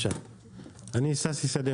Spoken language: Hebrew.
אני ששי שדה,